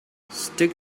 stick